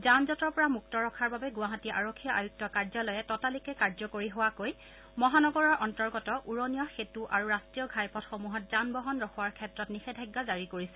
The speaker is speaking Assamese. যান জঁটৰ পৰা মুক্ত ৰখাৰ বাবে গুৱাহাটী আৰক্ষী আয়ুক্ত কাৰ্যালয়ে ততালিকে কাৰ্যকৰি হোৱাকৈ মহানগৰৰ অন্তৰ্গত উৰণীয়া সেঁতু আৰু ৰাষ্ট্ৰীয় ঘাইপথসমূহত যান বাহন ৰখোৱাৰ ক্ষেত্ৰত নিষেধাজ্ঞা জাৰি কৰিছে